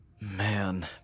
Man